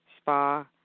spa